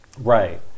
Right